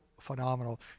phenomenal